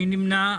מי נמנע?